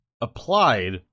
applied